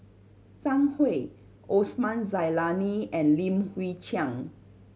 Zhang Hui Osman Zailani and Lim Chwee Chian